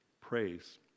Praise